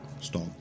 stop